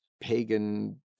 pagan